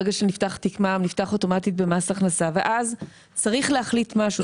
ברגע שנפתח תיק מע"מ נפתח אוטומטית במס הכנסה ואז צריך להחליט משהו,